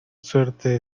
suerte